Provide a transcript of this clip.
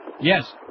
Yes